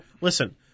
Listen